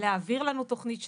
להעביר לנו תוכנית שנתית.